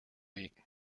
week